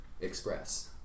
express